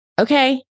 Okay